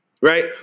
Right